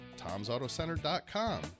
TomsAutoCenter.com